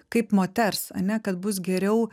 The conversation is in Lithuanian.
kaip moters ane kad bus geriau